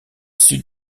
sud